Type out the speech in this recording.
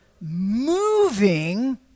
moving